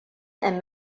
and